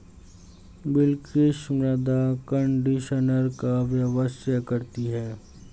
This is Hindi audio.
बिलकिश मृदा कंडीशनर का व्यवसाय करती है